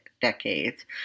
decades